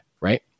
right